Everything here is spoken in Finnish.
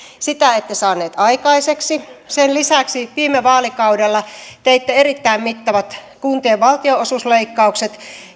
sitä ette saaneet aikaiseksi sen lisäksi viime vaalikaudella teitte erittäin mittavat kuntien valtionosuusleikkaukset